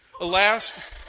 Alas